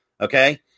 Okay